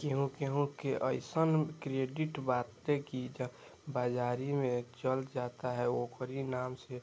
केहू केहू के अइसन क्रेडिट बाटे की बाजारी में चल जा त ओकरी नाम पे